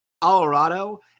Colorado